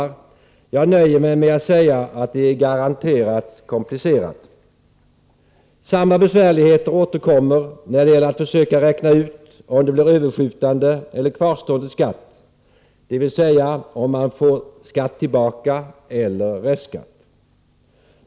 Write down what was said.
Jag nöjer mig med att säga att det är garanterat komplicerat. Samma besvärligheter återkommer när det gäller att försöka räkna ut om det blir överskjutande eller kvarstående skatt, dvs. om man får skatt tillbaka eller restskatt.